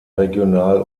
regional